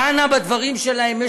דנה בדברים שלהם,